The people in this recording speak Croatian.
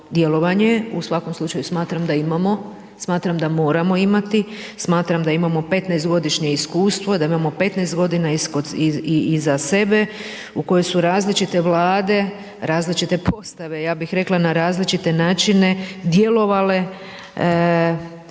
u svakom slučaju, smatram da imamo, smatram da moramo imati, smatram da imamo 15 godišnje iskustvo, da imamo 15 g. iza sebe u kojoj su različite vlade, različite postave, ja bih rekla, na različite načine, djelovale kako bi